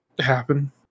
happen